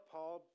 Paul